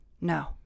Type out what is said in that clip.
no